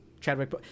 Chadwick